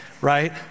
right